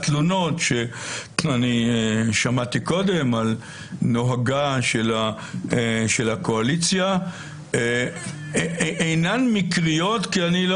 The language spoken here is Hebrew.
התלונות שאני שמעתי קודם על נוהגה של הקואליציה אינן מקריות כי אני לא